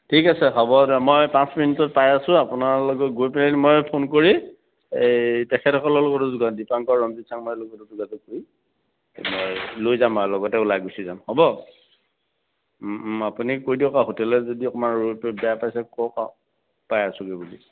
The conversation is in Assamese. ঠিক আছে হ'ব দে মই পাঁচ মিনিটত পাই আছোঁ আপোনালোকে গৈ মই ফোন কৰি এই তেখেতসকলৰ লগত দীপাংকৰ ৰঞ্জিত চাংমাইৰ লগত মই লৈ যাম আৰু লগতে ওলাই গুচি যাম হ'ব আপুনি কৈ দিয়ক বেয়া পাইছে কওক আৰু পাই আছোঁগে বুলি